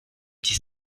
dix